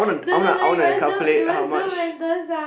no no no you must do you must do mental sum